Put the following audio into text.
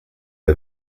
are